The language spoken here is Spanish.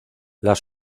las